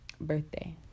birthday